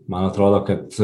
man atrodo kad